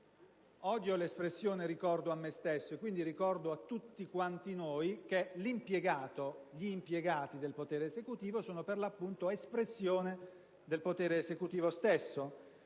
Odio l'espressione «ricordo a me stesso» e, quindi, ricordo a tutti quanti noi che gli impiegati del potere esecutivo sono espressione del potere esecutivo stesso,